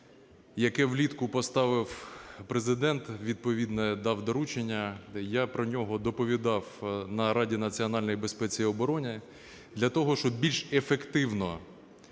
яке влітку поставив Президент, відповідне дав доручення, де я про нього доповідав на Раді національної безпеки і оборони. Для того, щоб більш ефективно